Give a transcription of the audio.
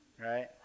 right